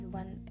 one